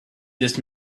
this